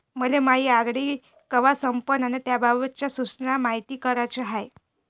मले मायी आर.डी कवा संपन अन त्याबाबतच्या सूचना मायती कराच्या हाय